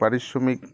পাৰিশ্ৰমিক